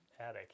attic